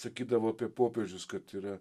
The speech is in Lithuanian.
sakydavo apie popiežius kad yra